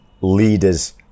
leaders